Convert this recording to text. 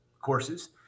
courses